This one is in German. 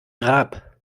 grab